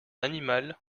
animal